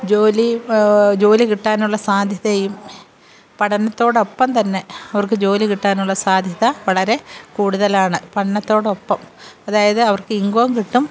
ജോലി ജോലി കിട്ടാനുള്ള സാധ്യതയും പഠനത്തോടൊപ്പം തന്നെ അവർക്ക് ജോലി കിട്ടാനുള്ള സാധ്യത വളരെ കൂടുതലാണ് പഠനത്തോടൊപ്പം അതായത് അവർക്ക് ഇൻകവും കിട്ടും